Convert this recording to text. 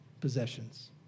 possessions